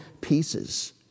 pieces